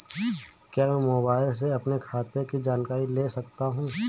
क्या मैं मोबाइल से अपने खाते की जानकारी ले सकता हूँ?